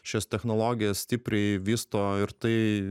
šias technologijos stipriai vysto ir tai